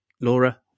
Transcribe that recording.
Laura